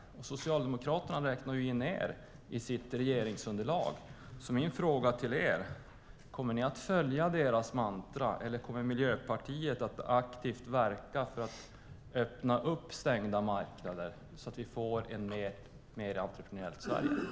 Och Socialdemokraterna räknar ju in er i sitt regeringsunderlag, så min fråga till er är: Kommer Miljöpartiet att följa deras mantra, eller kommer ni att aktivt verka för att öppna upp stängda marknader så att vi får ett mer entreprenöriellt Sverige?